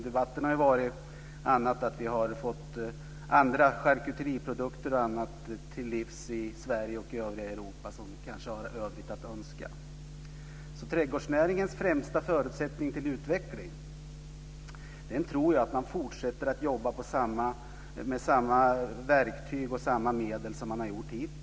Debatten har handlat om andra saker, att vi har fått charkuteriprodukter och annat oss till livs i Sverige och övriga Europa som kanske lämnar mycket övrigt att önska. Trädgårdsnäringens främsta förutsättning för utveckling tror jag är att man fortsätter att jobba med samma verktyg och samma medel som man har gjort hittills.